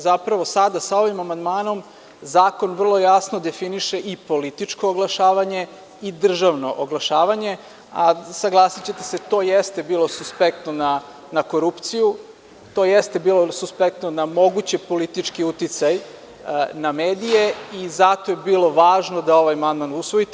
Zapravo, sada sa ovim amandmanom zakon vrlo jasno definiše i političko oglašavanje i državno oglašavanje, a saglasićete se, to jeste bilo suspektno na korupciju, to jeste bilo suspektno na mogući politički uticaj na medije i zato je bilo važno da ovaj amandman usvojite.